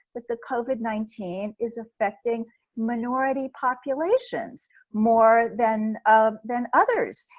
that the covid nineteen is affecting minority populations more than um than others.